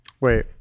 Wait